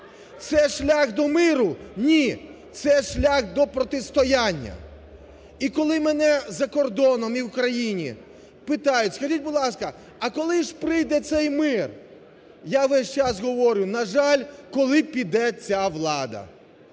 Це шлях до миру? Ні, це шлях до протистояння. І, коли мене за кордоном і в Україні питають: "Скажіть, будь ласка, а коли ж прийде цей мир?", я весь час говорю: "На жаль, коли піде ця влада".